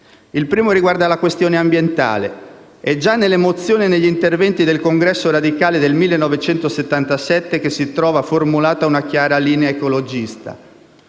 Il primo riguarda la questione ambientale. È già nelle mozioni e negli interventi del congresso radicale del 1977 che si trova formulata una chiara linea ecologista,